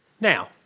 Now